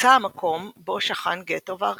נמצא המקום בו שכן גטו ורשה.